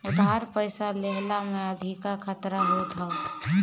उधार पईसा लेहला में अधिका खतरा होत हअ